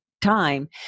time